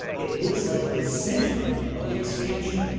it looks like the center of the expansion.